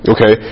Okay